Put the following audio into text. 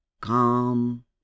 calm